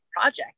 project